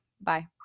Bye